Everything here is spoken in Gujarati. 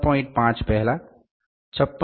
5 પહેલાં 56